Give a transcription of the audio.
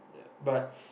but